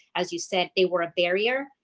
as you said, they were a barrier.